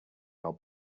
your